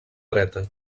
dreta